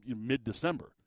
mid-December